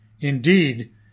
Indeed